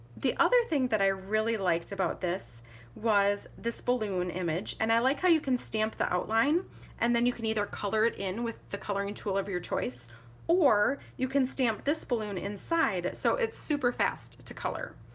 the other thing that i really liked about this was this balloon image and i like how you can stamp the outline and then you can either color it in with the coloring tool of your choice or you can stamp this balloon inside so it's super fast to color.